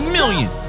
Million